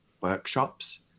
workshops